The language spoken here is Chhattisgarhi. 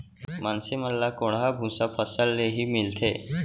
मनसे मन ल कोंढ़ा भूसा फसल ले ही मिलथे